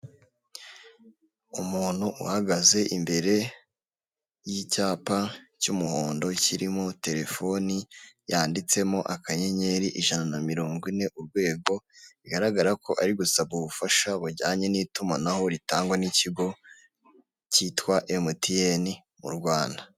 Umuntu uhagaze imbere y'icyapa cy'umuhondo kirimo telefoni yanditsemo akanyenyeri ijana na mirongo ine urwego, bigaragara ko ari gusaba ubufasha bujyanye n'itumanaho ritangwa n'ikigo cyitwa emutiyene mu Rwanda.